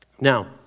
Now